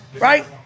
right